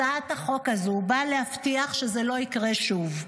הצעת החוק הזו באה להבטיח שזה לא יקרה שוב.